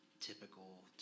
typical